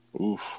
Oof